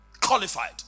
qualified